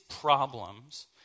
problems